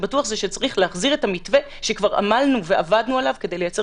בטוח שצריך להחזיר את המתווה שכבר עמלנו ועבדנו עליו כדי לייצר